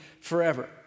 forever